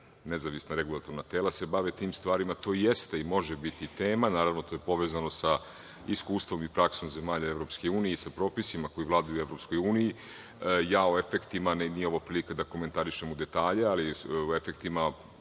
nezavisna regulatorna tela se bave tim stvarima. To jeste i može biti tema, to je povezano sa iskustvom i praksom zemalja EU i sa propisima koji vladaju u EU. O efektima, ovo nije prilika da komentarišemo detalje, ali o efektima